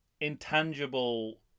intangible